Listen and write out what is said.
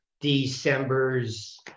December's